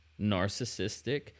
narcissistic